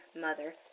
mother